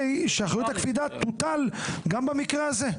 שאחריות הקפידה תוטל גם במקרה הזה,